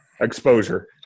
exposure